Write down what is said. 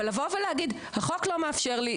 אבל, לבוא ולהגיד "החוק לא מאפשר לי.